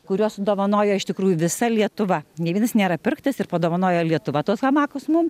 kuriuos dovanojo iš tikrųjų visa lietuva nė vienas nėra pirktas ir padovanojo lietuva tuos hamakus mum